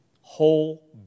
Whole